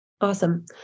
Awesome